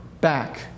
back